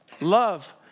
Love